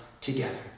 together